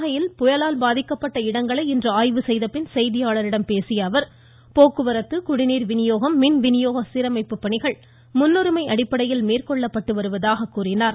நாகையில் பாதிக்கப்பட்ட இடங்களை இன்று செய்த பின் செய்தியாளர்களிடம் பேசிய அவர் போக்குவரத்து குடிநீர் வினியோகம் மின்வினியோக சீரமைப்பு பணிகள் முன்னுரிமை அடிப்படையில் மேற்கொள்ளப்பட்டு வருவதாக கூறினார்